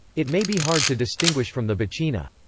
it may be hard to distinguish from the buccina.